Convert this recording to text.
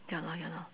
ya lor ya lor